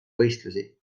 võistlusi